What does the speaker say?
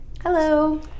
hello